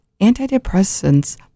antidepressants